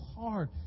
hard